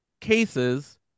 cases